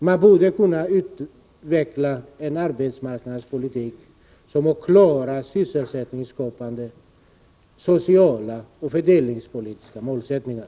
Man borde kunna utveckla en arbetsmarknadspolitik som har klara sysselsättningsskapande, sociala och fördelningspolitiska målsättningar.